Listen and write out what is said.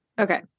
okay